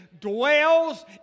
Dwells